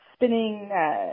Spinning